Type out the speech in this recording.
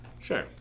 Sure